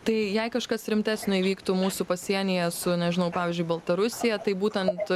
tai jei kažkas rimtesnio įvyktų mūsų pasienyje su nežinau pavyzdžiui baltarusija tai būtent